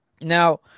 Now